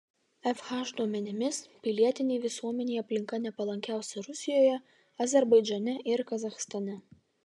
fh duomenimis pilietinei visuomenei aplinka nepalankiausia rusijoje azerbaidžane ir kazachstane